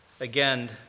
again